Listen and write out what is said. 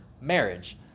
marriage